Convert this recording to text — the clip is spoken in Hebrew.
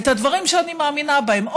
את הדברים שאני מאמינה בהם,